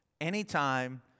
anytime